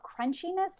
Crunchiness